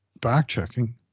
back-checking